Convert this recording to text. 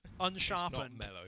unsharpened